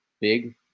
big